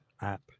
app